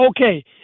okay